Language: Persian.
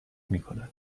میکند